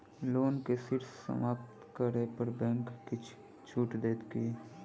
loan केँ शीघ्र समाप्त करै पर बैंक किछ छुट देत की